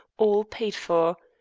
all paid for.